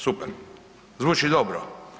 Super, zvuči dobro.